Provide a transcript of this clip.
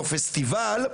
או פסטיבל,